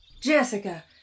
Jessica